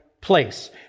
place